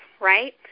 right